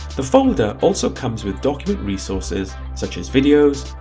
the folder also comes with document resources such as videos,